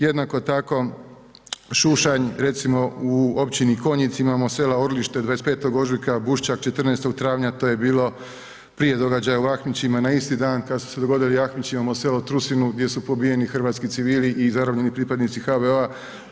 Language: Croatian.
Jednako tako, Šušanj, recimo u općini Konjic, imamo sela Orlište, 25. ožujka, Bušćak, 14. travnja, to je bilo prije događaja u Ahmićima, na isti dan kad su se dogodili Ahmići, imamo selo Trusinu gdje su pobijeni hrvatski civili i zarobljeni pripadnici HVO-a.